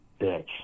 bitch